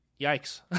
Yikes